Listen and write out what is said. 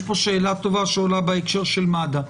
יש פה שאלה טובה שעולה בהקשר של מד"א: